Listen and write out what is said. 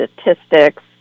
statistics